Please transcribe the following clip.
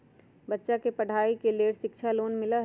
बच्चा के पढ़ाई के लेर शिक्षा लोन मिलहई?